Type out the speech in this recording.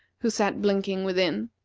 who sat blinking within.